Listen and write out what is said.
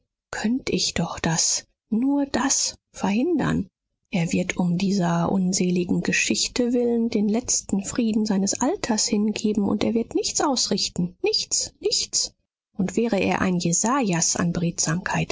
könnt ich doch das nur das verhindern er wird um dieser unseligen geschichte willen den letzten frieden seines alters hingeben und er wird nichts ausrichten nichts nichts und wäre er ein jesajas